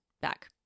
back